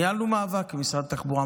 ניהלנו מאבק במשרד התחבורה,